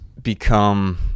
become